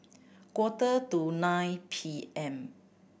quarter to nine P M